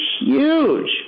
huge